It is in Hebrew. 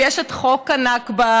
ויש את חוק הנכבה.